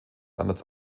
anders